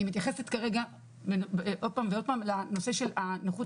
אני מתייחסת כרגע עוד פעם לנושא של הנכות